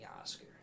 Oscar